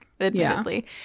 admittedly